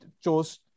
chose